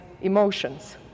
emotions